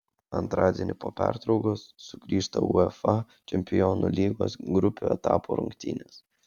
antradienį po pertraukos sugrįžta uefa čempionų lygos grupių etapo rungtynės